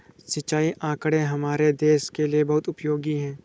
सिंचाई आंकड़े हमारे देश के लिए बहुत उपयोगी है